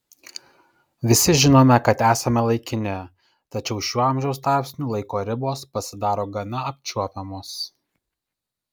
visi žinome kad esame laikini tačiau šiuo amžiaus tarpsniu laiko ribos pasidaro gana apčiuopiamos